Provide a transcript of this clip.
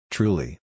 Truly